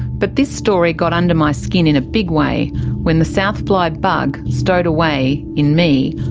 but this story got under my skin in a big way when the south fly bug stowed away, in me,